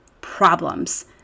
problems